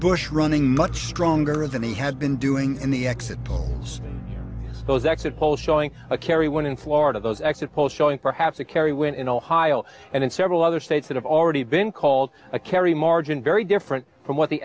bush running much stronger than he had been doing in the exit polls those exit polls showing a kerry one in florida those exit polls showing perhaps a kerry win in ohio and in several other states that have already been called a kerry margin very different from what the